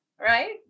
right